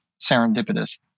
serendipitous